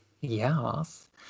Yes